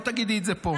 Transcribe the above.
לא תגידי את זה פה.